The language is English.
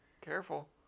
Careful